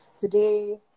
today